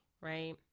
right